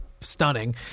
stunning